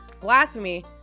blasphemy